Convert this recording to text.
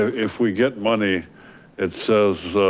ah if we get money it says,